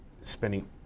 spending